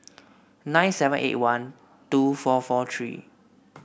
nine seven eight one two four four three